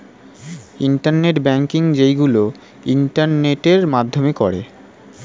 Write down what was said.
internet banking যেইগুলো ইন্টারনেটের মাধ্যমে করে